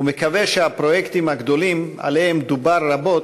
ומקווה שהפרויקטים הגדולים שעליהם דובר רבות,